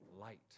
light